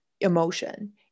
emotion